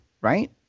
right